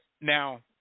now